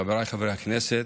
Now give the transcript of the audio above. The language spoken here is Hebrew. חבריי חברי הכנסת,